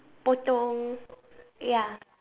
potong ya